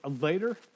later